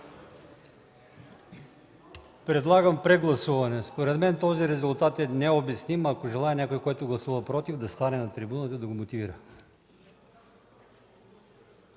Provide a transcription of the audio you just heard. Предлагам прегласуване. Според мен този резултат е необясним. Ако желае някой, който е гласувал против, да застане на трибуната и да го мотивира.